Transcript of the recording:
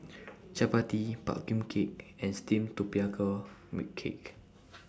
Chappati Pumpkin Cake and Steamed Tapioca Cake